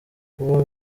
kuba